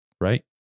right